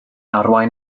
arwain